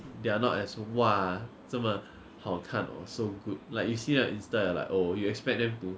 they are not as !wah! 这么好看 or so good like you see them on insta ah like oh you expect them to